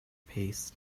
paste